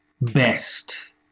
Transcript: best